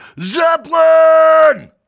zeppelin